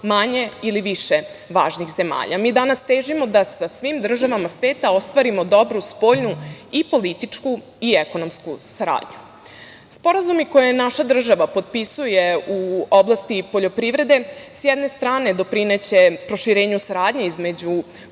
manje ili više važnih zemalja. Mi danas težimo da sa svim državama sveta ostvarimo dobru spoljnu i političku i ekonomsku saradnju. Sporazumi koje naša država potpisuje u oblasti poljoprivrede s jedne strane doprineće proširenju saradnje između